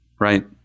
right